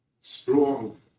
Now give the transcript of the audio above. strong